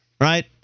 Right